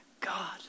God